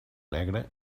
negre